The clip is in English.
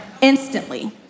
instantly